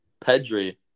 Pedri